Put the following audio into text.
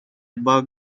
bug